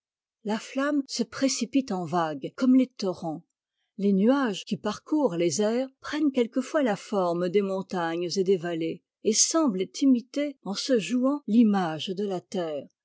la flamme se précipite en vagues comme les torrents les nuages qui parcourent les airs prennent quelquefois la forme des montagnes et des vallées et semblent imiter en se jouant l'image de la terre